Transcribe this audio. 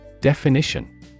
Definition